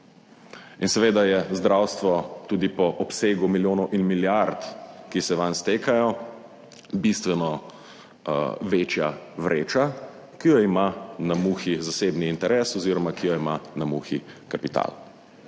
In seveda je zdravstvo tudi po obsegu milijonov in milijard, ki se vanj stekajo, bistveno večja vreča, ki jo ima na muhi zasebni interes oziroma ki jo ima na muhi kapital.